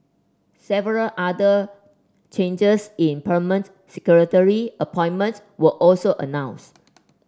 several other changes in permanent secretary appointments were also announced